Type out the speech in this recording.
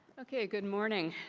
okay. good morning.